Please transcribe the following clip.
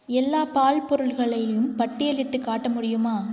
எல்லா பால் பொருள்களையும் பட்டியலிட்டு காட்ட முடியுமா